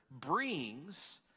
brings